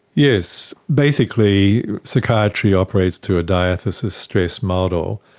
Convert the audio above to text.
yes, basically psychiatry operates to a diathesis stress model,